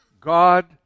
God